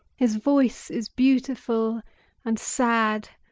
his voice is beautiful and sad,